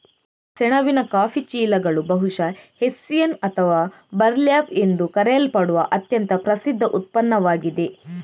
ಸೆಣಬಿನ ಕಾಫಿ ಚೀಲಗಳು ಬಹುಶಃ ಹೆಸ್ಸಿಯನ್ ಅಥವಾ ಬರ್ಲ್ಯಾಪ್ ಎಂದು ಕರೆಯಲ್ಪಡುವ ಅತ್ಯಂತ ಪ್ರಸಿದ್ಧ ಉತ್ಪನ್ನವಾಗಿದೆ